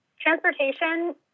transportation